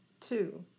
two